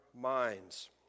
minds